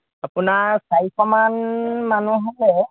আপোনাৰ চাৰিশমান মানুহ হ'লে